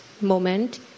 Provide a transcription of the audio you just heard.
moment